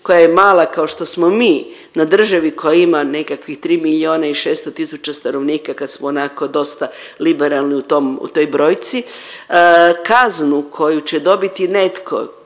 koja je mala kao što smo mi, na državi koja ima nekakvih 3 miliona i 600 tisuća stanovnika, kad smo onako dosta liberalni u toj brojci, kaznu koju će dobiti netko